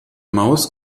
maus